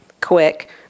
quick